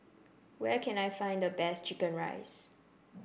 where can I find the best chicken rice